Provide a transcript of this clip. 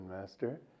Master